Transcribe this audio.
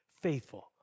faithful